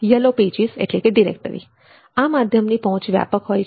yellow pages directory આ માધ્યમની પહોંચ વ્યાપક હોય છે